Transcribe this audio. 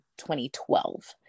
2012